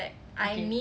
okay